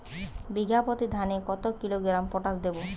বিঘাপ্রতি ধানে কত কিলোগ্রাম পটাশ দেবো?